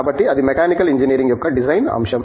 కాబట్టి అది mechanical engineering యొక్క డిజైన్ అంశం